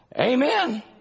Amen